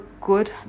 good